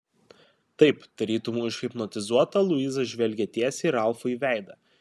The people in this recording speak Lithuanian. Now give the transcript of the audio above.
taip tarytum užhipnotizuota luiza žvelgė tiesiai ralfui į veidą